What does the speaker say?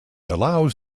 allows